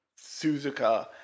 Suzuka